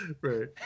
right